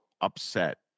upset